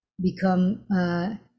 become